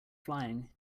flying